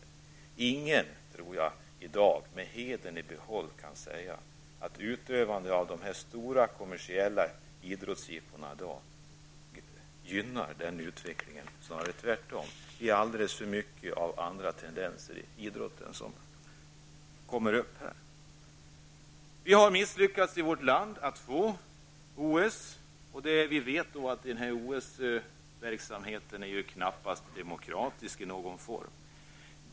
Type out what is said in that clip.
Jag tror inte att någon i dag med hedern i behåll kan säga att ett genomförande av dessa stora kommersiella idrottsjippon gynnar den utvecklingen. Det är snarare tvärtom. I dessa sammanhang kommer alltför många andra tendenser inom idrotten fram. Vi har i Sverige misslyckats att få OS till vårt land. Vi vet att denna OS-verksamhet knappast är demokratisk i någon form.